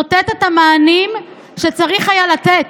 נותנת את המענים שצריך היה לתת.